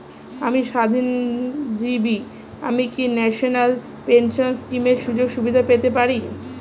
আমি স্বাধীনজীবী আমি কি ন্যাশনাল পেনশন স্কিমের সুযোগ সুবিধা পেতে পারি?